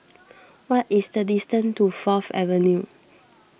what is the distance to Fourth Avenue